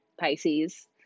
Pisces